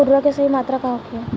उर्वरक के सही मात्रा का होखे?